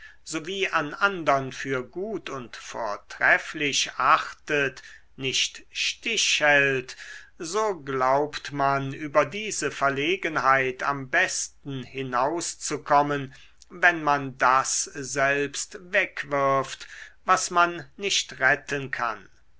sowie an andern für gut und vortrefflich achtet nicht stich hält so glaubt man über diese verlegenheit am besten hinauszukommen wenn man das selbst wegwirft was man nicht retten kann